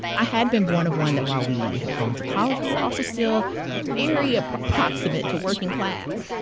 i had been born of one that while we had gone to college, we were also still very ah proximate to working class.